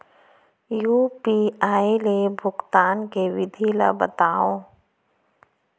UPI ले भुगतान के विधि ला बतावव